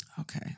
Okay